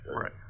Right